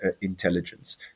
intelligence